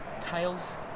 Tails